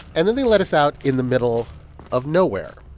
and then they let us out in the middle of nowhere.